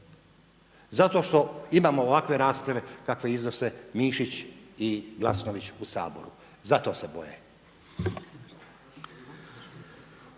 zato što imamo ovakve rasprave kakve iznose Mišić i Glasnović u Saboru. Zato se boje.